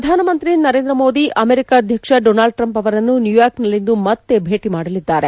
ಪ್ರಧಾನಮಂತ್ರಿ ನರೇಂದ್ರಮೋದಿ ಅಮೆರಿಕಾ ಅಧ್ಯಕ್ಷ Donald Trump ಅವರನ್ನು ನ್ನೂಯಾರ್ಕ್ನಲ್ಲಿಂದು ಮತ್ತೆ ಭೇಟಿ ಮಾಡಲಿದ್ದಾರೆ